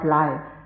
life